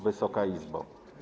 Wysoka Izbo!